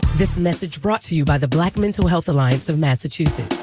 this message brought to you by the black mental health alliance of massachusetts